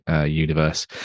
universe